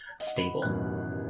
stable